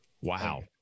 Wow